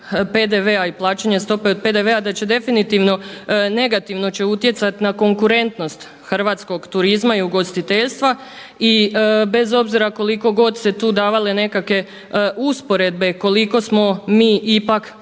PDV-a i plaćanje stope od PDV-a da će definitivno negativno će utjecat na konkurentnost hrvatskog turizma i ugostiteljstva. I bez obzira koliko god se tu davale nekakve usporedbe koliko smo mi ipak